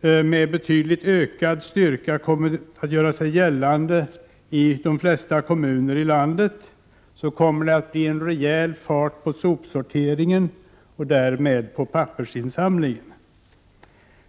med betydligt ökad styrka börjat göra sig gällande i de flesta kommuner i landet, kommer att bli rejäl fart på sopsorteringen och därmed på pappersinsamlingen.